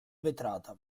vetrata